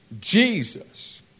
Jesus